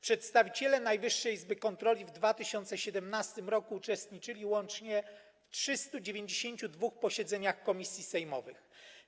Przedstawiciele Najwyższej Izby Kontroli w 2017 r. uczestniczyli łącznie w 392 posiedzeniach komisji sejmowych.